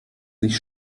sich